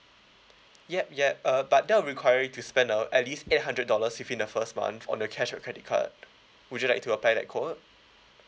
yup yup uh but that will require you to spend uh at least eight hundred dollars within the first month on the cashback credit card would you like to apply that code